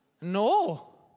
No